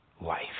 life